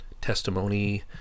testimony